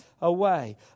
away